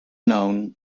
known